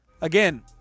Again